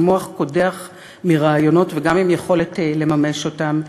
עם מוח קודח מרעיונות וגם עם יכולת לממש אותם,